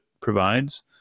provides